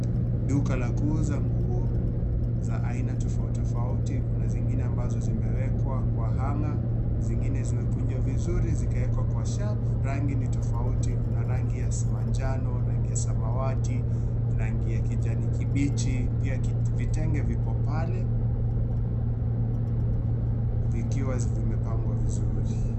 Duka la kuuza nguo za aina tofauti, tofauti. Kuna zingine ambazo zimewekwa kwa hanger , zingine zimekunjwa vizuri zikawekwa kwa shelf . Rangi ni tofauti; kuna rangi ya manjano, rangi ya samawati, rangi ya kijani kibichi pia vitenge vipo pale vikiwa vimepangwa vizuri.